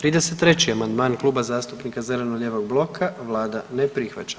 33. amandman Kluba zastupnika zeleno-lijevog bloka, Vlada ne prihvaća.